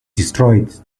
destroyed